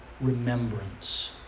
remembrance